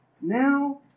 Now